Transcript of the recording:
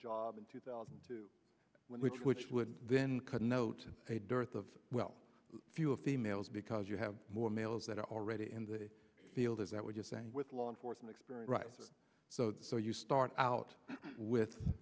job in two thousand and two when which which would then connote a dearth of well few of the males because you have more males that are already in the field is that what you're saying with law enforcement experience right or so so you start out with